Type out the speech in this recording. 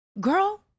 Girl